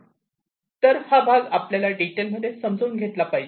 तर हा भाग आपल्याला डिटेलमध्ये समजून घेतला पाहिजे